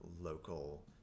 local